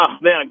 Man